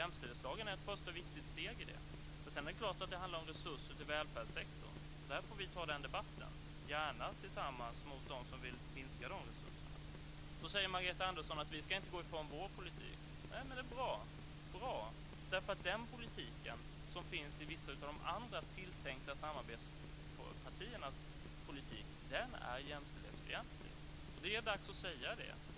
Jämställdhetslagen är ett första viktigt steg i detta. Det är klart att det handlar om resurser till välfärdssektorn. Där får vi ta den debatten, gärna tillsammans med dem som vill minska resurserna. Margareta Andersson säger att Centern inte ska gå ifrån sin politik. Det är bra. Den politik som finns hos vissa av de andra tilltänkta samarbetspartierna är jämställdhetsfientlig. Det är dags att säga det.